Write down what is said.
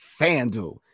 Fanduel